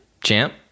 Champ